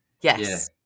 Yes